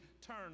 turn